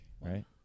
Right